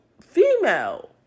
female